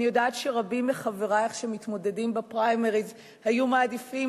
אני יודעת שרבים מחברייך שמתמודדים בפריימריז היו מעדיפים